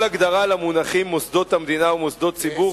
אין כל הגדרה למונחים "מוסדות המדינה" ו"מוסדות ציבור",